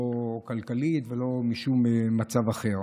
לא כלכלית ולא משום מצב אחר.